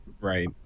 Right